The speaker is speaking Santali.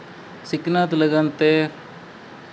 ᱥᱤᱠᱷᱱᱟᱹᱛ ᱞᱟᱹᱜᱤᱫᱛᱮ